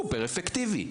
סופר אפקטיבי.